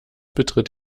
betritt